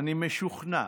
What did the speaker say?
אני משוכנע